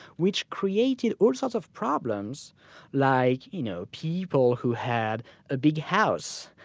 which created all sorts of problems like you know people who had a big house,